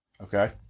Okay